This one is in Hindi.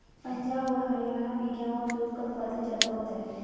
पंजाब और हरयाणा में गेहू और दूध का उत्पादन ज्यादा होता है